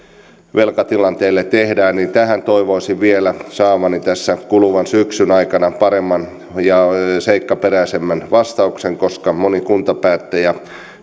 velkatilanteelle tehdään tähän toivoisin vielä saavani tässä kuluvan syksyn aikana paremman ja seikkaperäisemmän vastauksen koska moni kuntapäättäjä